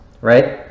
Right